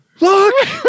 Look